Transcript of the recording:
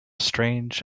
strange